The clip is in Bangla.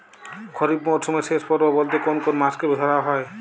খরিপ মরসুমের শেষ পর্ব বলতে কোন কোন মাস কে ধরা হয়?